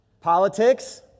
Politics